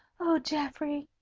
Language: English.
oh, geoffrey!